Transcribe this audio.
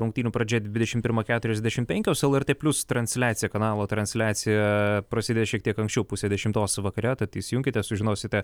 rungtynių pradžia dvidešim pirmą keturiasdešim penkios lrt plius transliacija kanalo transliacija prasidės šiek tiek anksčiau pusę dešimtos vakare tad įsijunkite sužinosite